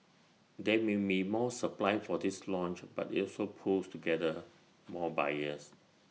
there may be more supply for this launch but IT also pools together more buyers